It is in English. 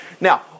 Now